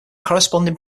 corresponding